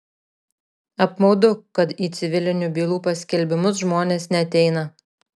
apmaudu kad į civilinių bylų paskelbimus žmonės neateina